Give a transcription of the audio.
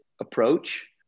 approach